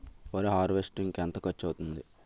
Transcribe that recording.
వరి హార్వెస్టింగ్ కి ఎంత ఖర్చు అవుతుంది?